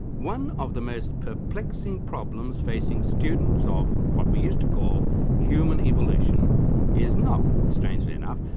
one of the most perplexing problems facing students of what we used to call human evolution is not, strangely enough,